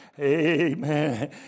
Amen